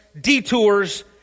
detours